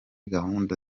gahunda